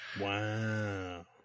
Wow